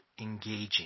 engaging